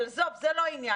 אבל עזוב, זה לא העניין.